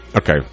okay